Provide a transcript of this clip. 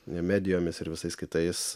medijomis ir visais kitais